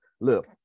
Look